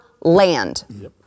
land